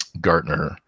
Gartner